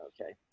okay